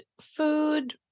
food